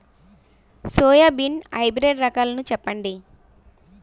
Soybean hybrid రకాలను చెప్పండి?